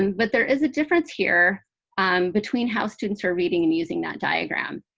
um but there is a difference here between how students are reading and using that diagram.